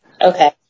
Okay